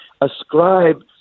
ascribe